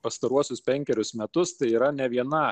pastaruosius penkerius metus tai yra ne viena